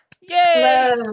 Yay